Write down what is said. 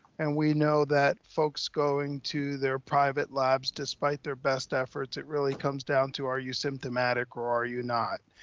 and we know that folks going to their private labs, despite their best efforts, it really comes down to, are you symptomatic or are you not?